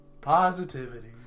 Positivity